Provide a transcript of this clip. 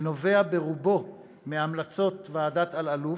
והוא נובע ברובו מהמלצות ועדת אלאלוף.